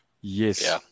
Yes